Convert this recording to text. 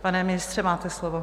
Pane ministře, máte slovo.